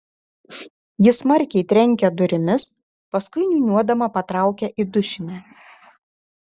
ji smarkiai trenkia durimis paskui niūniuodama patraukia į dušinę